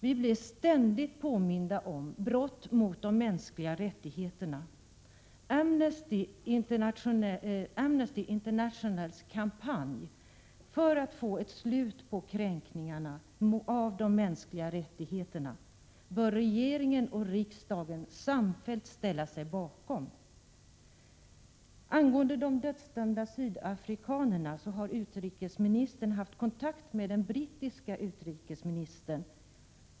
Vi blir ständigt påminda om brott mot de mänskliga rättigheterna. Amnesty Internationals kampanj för att få ett slut på kränkningarna av de mänskliga rättigheterna bör regeringen och riksdagen samfällt ställa sig bakom. Angående de dödsdömda sydafrikanerna har utrikesministern haft kontakt med den brittiska utrikesministern.